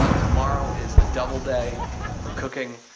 ah tomorrow is a double day for cooking.